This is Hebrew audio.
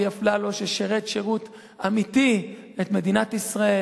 אלי אפללו שירת שירות אמיתי את מדינת ישראל,